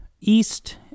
East